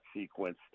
sequence